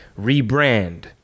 rebrand